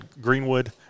Greenwood